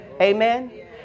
Amen